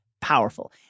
powerful